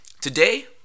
today